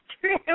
true